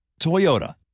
Toyota